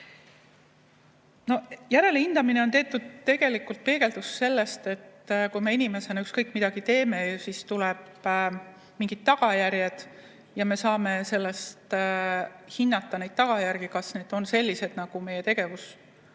Järelhindamine on tegelikult peegeldus sellest, et kui me inimesena ükskõik mida teeme, siis tulevad mingid tagajärjed ja me saame hinnata tagajärgi, kas need on sellised, nagu meie tegevus